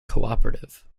cooperative